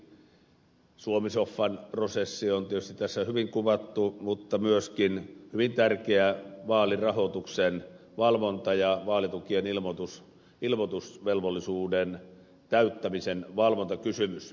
ensimmäiseksi suomi soffan prosessi on tietysti tässä hyvin kuvattu mutta myöskin hyvin tärkeä vaalirahoituksen valvonta ja vaalitukien ilmoitusvelvollisuuden täyttämisen valvontakysymys